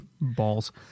Balls